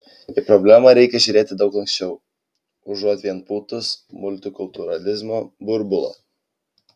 į problemą reikia žiūrėti daug lanksčiau užuot vien pūtus multikultūralizmo burbulą